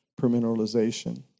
permineralization